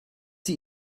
sie